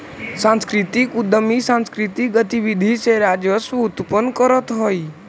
सांस्कृतिक उद्यमी सांकृतिक गतिविधि से राजस्व उत्पन्न करतअ हई